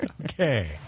Okay